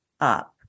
up